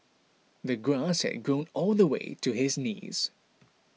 the grass had grown all the way to his knees